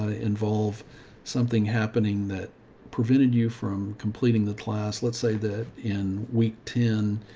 ah involve something happening that prevented you from completing the class. let's say that in week ten,